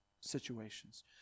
situations